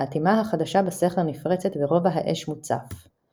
האטימה החדשה בסכר נפרצת ורובע האש מוצף.